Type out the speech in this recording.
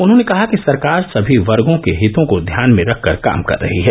उन्होंने कहा कि सरकार सभी वर्गो के हितों को ध्यान में रखकर काम कर रही है